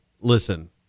listen